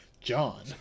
John